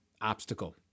obstacle